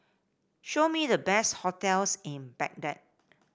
show me the best hotels in Baghdad